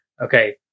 okay